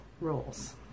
rules